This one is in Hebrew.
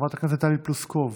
חברת הכנסת טלי פלוסקוב,